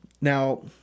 Now